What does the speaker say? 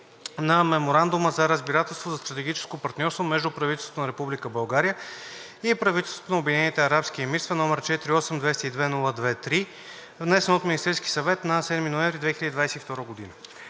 на Меморандума за разбирателство за стратегическо партньорство между правителството на Република България и правителството на Обединените арабски емирства, № 48-202-02-3, внесен от Министерския съвет на 7 ноември 2022 г.